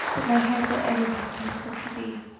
but my heart will ever be faithful to thee.